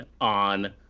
on